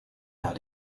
how